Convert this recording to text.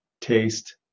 taste